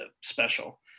special